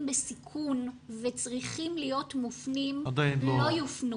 בסיכון וצריכים להיות מופנים לא יופנו